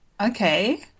Okay